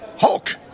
Hulk